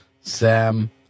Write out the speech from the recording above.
Sam